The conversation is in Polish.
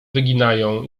wyginają